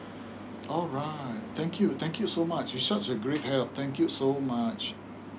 alright um thank you thank you so much is such a great help thank you so much